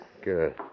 Good